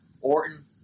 Orton